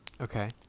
Okay